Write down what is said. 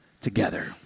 together